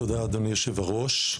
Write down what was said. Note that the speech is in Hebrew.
תודה, אדוני יושב הראש.